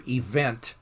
event